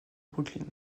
brooklyn